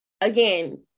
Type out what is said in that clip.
again